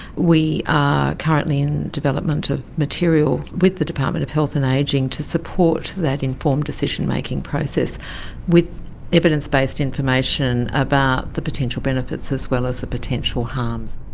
we are currently in development of material with the department of health and ageing to support that informed decision-making process with evidence-based information about the potential benefits as well as the potential harms.